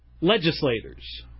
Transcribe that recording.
legislators